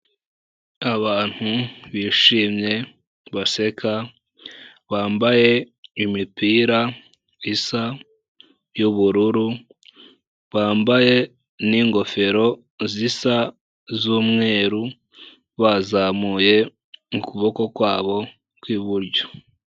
Abantu bishimye baseka bambaye imipira isa y'ubururu, bambaye n'ingofero zisa z'umweru bazamuye ukuboko kwabo kw'iburyo.